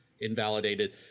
invalidated